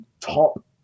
top